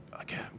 okay